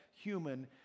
human